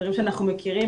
דברים שאנחנו מכירים,